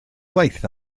gwaith